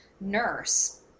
nurse